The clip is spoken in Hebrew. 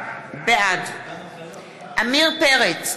בעד עמיר פרץ,